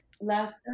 last